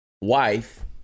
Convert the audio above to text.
wife